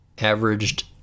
averaged